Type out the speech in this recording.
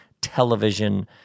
television